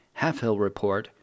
HalfHillReport